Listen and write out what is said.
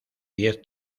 diez